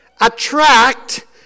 attract